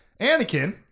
Anakin